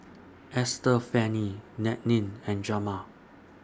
Estefany Nannette and Jamaal